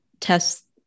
test